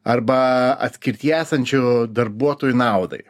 arba atskirtyje esančių darbuotojų naudai